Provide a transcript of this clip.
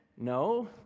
No